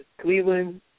Cleveland